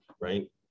right